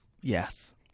Yes